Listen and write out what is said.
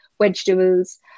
vegetables